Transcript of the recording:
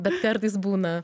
bet kartais būna